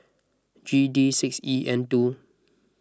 G D six E N two